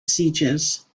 sieges